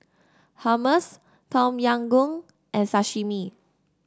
Hummus Tom Yam Goong and Sashimi